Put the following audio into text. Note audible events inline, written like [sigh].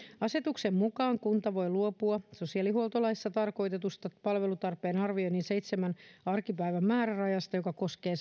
asetuksen mukaan kunta voi luopua sosiaalihuoltolaissa tarkoitetusta palvelutarpeen arvioinnin seitsemän arkipäivän määrärajasta joka koskee [unintelligible]